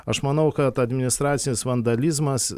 aš manau kad administracinis vandalizmas